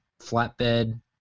flatbed